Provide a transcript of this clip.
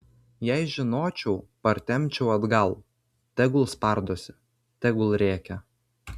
jei žinočiau partempčiau atgal tegul spardosi tegul rėkia